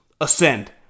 ascend